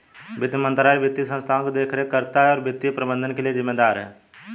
वित्त मंत्रालय वित्तीय संस्थानों की देखरेख करता है और वित्तीय प्रबंधन के लिए जिम्मेदार है